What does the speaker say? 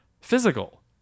physical